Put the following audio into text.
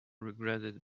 regretted